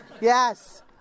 Yes